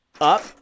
up